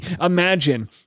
imagine